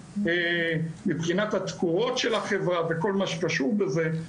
מבחינתי כל מה שקשור בזה,